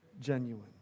genuine